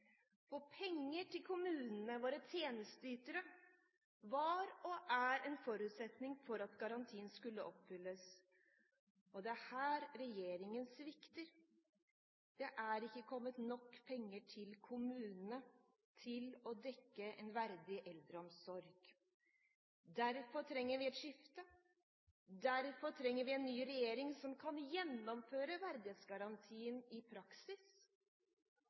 Penger til kommunene, våre tjenesteytere, var og er en forutsetning for at garantien skulle oppfylles. Det er her regjeringen svikter. Det er ikke kommet nok penger til kommunene til å dekke en verdig eldreomsorg. Derfor trenger vi et skifte, derfor trenger vi en ny regjering som kan gjennomføre verdighetsgarantien i praksis